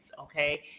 okay